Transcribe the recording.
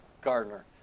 Gardner